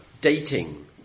dating